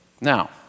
Now